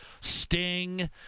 Sting